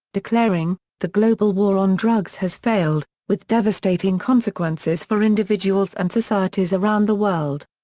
declaring the global war on drugs has failed, with devastating consequences for individuals and societies around the world.